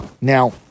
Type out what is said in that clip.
Now